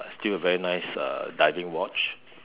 still very nice uh diving watch